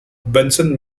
benson